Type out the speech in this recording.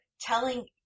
telling